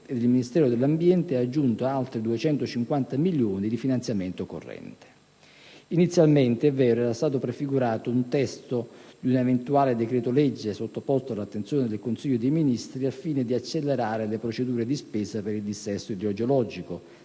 il Ministero dell'ambiente ha aggiunto altri 250 milioni di finanziamento corrente. Inizialmente - è vero - era stato prefigurato un testo di un eventuale decreto-legge, sottoposto all'attenzione del Consiglio dei ministri, al fine di accelerare le procedure di spesa per il dissesto idrogeologico,